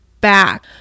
back